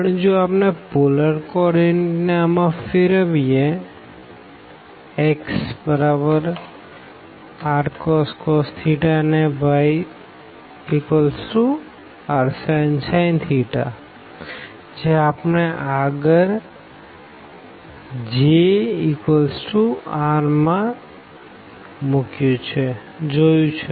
પણ જો આપણે પોલર કો ઓર્ડીનેટ ને આમાં ફેરવીએ xrcos અને yrsin જે આપણે આગળ Jr માં જોયું છે